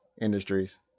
industries